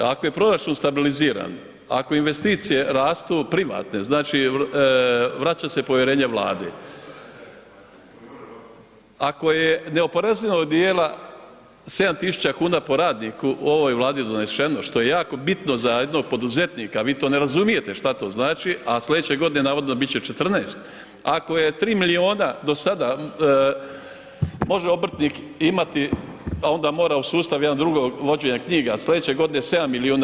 Ako je proračun stabiliziran, ako investicije rastu, privatne, znači vraća se povjerenje Vladi, ako je neoporezivog dijela 7 tisuća kuna po radniku u ovoj Vladi doneseno, što je jako bitno za jednog poduzetnika, vi to ne razumijete, što to znači, a sljedeće godine navodno bit će 14, ako je 3 milijuna do sada, može obrtnika imati, onda mora u sustav jedno drugo vođenje knjiga, sljedeće godine 7 milijuna.